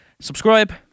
Subscribe